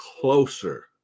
closer